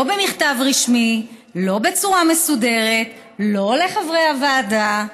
לא במכתב רשמי, לא בצורה מסודרת, לא לחברי הוועדה,